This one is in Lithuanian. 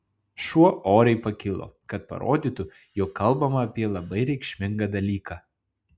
šuo oriai pakilo kad parodytų jog kalbama apie labai reikšmingą dalyką